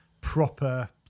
proper